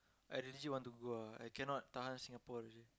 I legit want to go ah I cannot tahan Singapore already